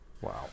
Wow